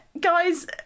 guys